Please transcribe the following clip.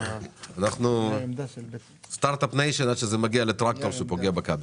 אנחנו סטארט אפ ניישן עד שזה מגיע לטרקטור שפוגע בכבל.